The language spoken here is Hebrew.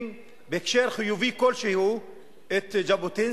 בסטריאוטיפים, בדעות קדומות.